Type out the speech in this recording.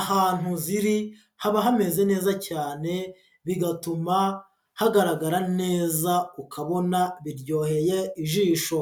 ahantu ziri haba hameze neza cyane bigatuma hagaragarara neza ukabona biryoheye ijisho.